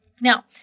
Now